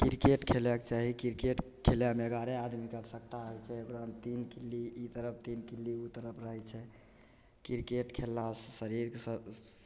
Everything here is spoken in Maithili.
क्रिकेट खेलऽके चाही क्रिकेट खेलायमे एगारह आदमीके आवश्यकता होइ छै ओकरामे तीन किल्ली ई तरफ तीन किल्ली उ तरफ रहय छै क्रिकेट खेललासँ शरीरके स्व